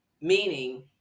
meaning